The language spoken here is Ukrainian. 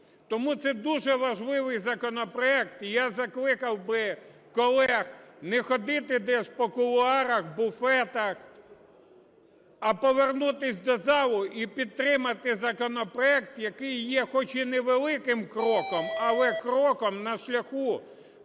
Тому це дуже важливий законопроект, і я закликав би колег не ходити десь по кулуарах, буфетах, а повернутись до залу і підтримати законопроект, який є хоч і невеликим кроком, але кроком на шляху